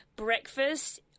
Breakfast